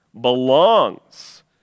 belongs